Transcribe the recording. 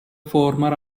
former